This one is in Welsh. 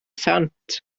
sant